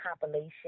compilation